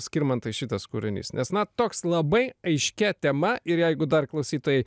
skirmantai šitas kūrinys nes na toks labai aiškia tema ir jeigu dar klausytojai